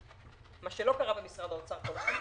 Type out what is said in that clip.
מה שלא קרה במשרד האוצר כל השנים.